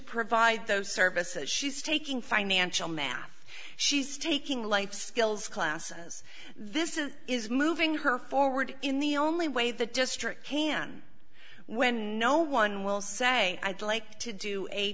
provide those services she's taking financial math she's taking life skills classes this is is moving her forward in the only way the district can when no one will say i'd like to do a